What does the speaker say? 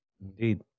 Indeed